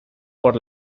por